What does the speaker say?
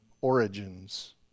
origins